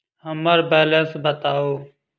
हम्मर बैलेंस बताऊ